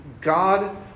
God